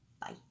bye